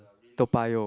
Toa-Payoh